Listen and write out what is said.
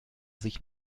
sich